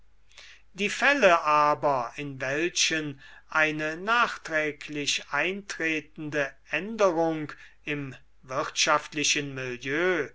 die fälle aber in welchen eine nachträglich eintretende änderung im wirtschaftlichen milieu